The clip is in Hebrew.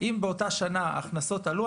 אם באותה שנה ההכנסות עלו,